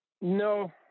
No